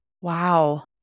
Wow